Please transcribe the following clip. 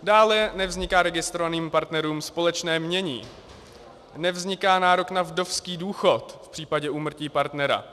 Dále nevzniká registrovaným partnerům společné jmění, nevzniká nárok na vdovský důchod v případě úmrtí partnera.